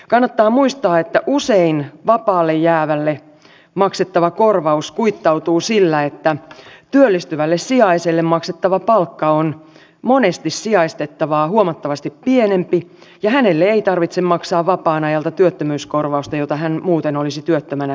kannattaa muistaa että usein vapaalle jäävälle maksettava korvaus kuittautuu sillä että työllistyvälle sijaiselle maksettava palkka on monesti sijaistettavaa huomattavasti pienempi ja hänelle ei tarvitse maksaa vapaan ajalta työttömyyskorvausta jota hän muuten olisi työttömänä saanut